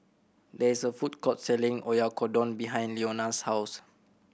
there is a food court selling Oyakodon behind Leona's house